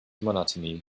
monotony